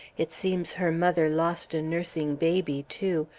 it seems her mother lost a nursing baby, too,